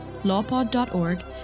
lawpod.org